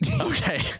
Okay